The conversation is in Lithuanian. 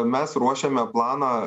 mes ruošiame planą